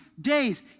days